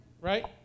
Right